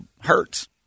hurts